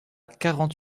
quarante